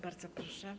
Bardzo proszę.